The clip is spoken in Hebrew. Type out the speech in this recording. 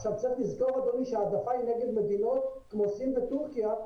צריך לזכור אדוני שההעדפה היא נגד מדינות כמו סין ותורכיה,